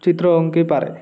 ଚିତ୍ର ଅଙ୍କେ ପାରେ